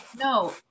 No